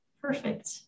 perfect